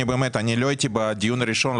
אני לא הייתי בדיון הראשון,